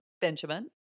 Benjamin